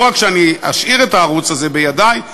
לא רק שאני אשאיר את הערוץ הזה בידי,